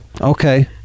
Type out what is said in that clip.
Okay